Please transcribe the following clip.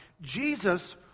Jesus